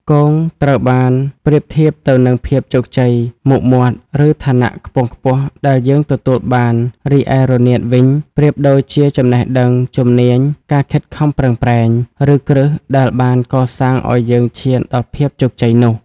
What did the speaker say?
គង ត្រូវបានប្រៀបធៀបទៅនឹងភាពជោគជ័យ មុខមាត់ ឬឋានៈខ្ពង់ខ្ពស់ដែលយើងទទួលបាន រីឯ រនាត វិញ ប្រៀបដូចជាចំណេះដឹង ជំនាញ ការខិតខំប្រឹងប្រែង ឬគ្រឹះដែលបានកសាងឱ្យយើងឈានដល់ភាពជោគជ័យនោះ។